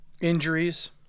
Injuries